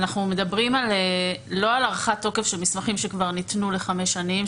אנחנו מדברים לא על הארכת תוקף של מסמכים שכבר ניתנו לחמש שנים,